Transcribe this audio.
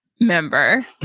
member